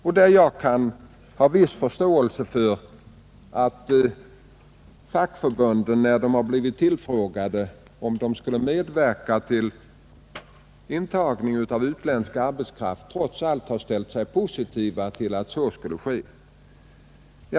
Därför har jag en viss förståelse för att fackförbunden, när de blir tillfrågade om de kan tänka sig att medverka till import av utländsk arbetskraft trots allt ställer sig positiva till den importen.